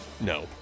No